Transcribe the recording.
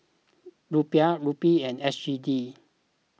Rupiah Rupee and S G D